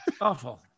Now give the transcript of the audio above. Awful